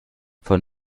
von